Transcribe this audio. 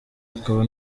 akaba